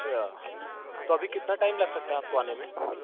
अच्छा तो अभी कितना टाइम लग सकता है आपको आने में